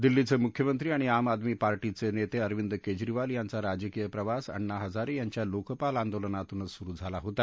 दिल्लीचे मुख्यमंत्री आणि आम आदमी पार्टीचे नेते अरविद केजरीवाल यांचा राजकीय प्रवास अण्णा हजारे यांच्या लोकपाल आंदोलनातूनच सुरू झाला होता